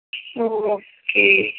ஓ okay